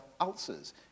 ulcers